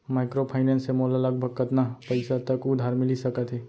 Microfinance से मोला लगभग कतना पइसा तक उधार मिलिस सकत हे?